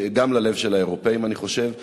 גם ללב של האירופים, אני חושב.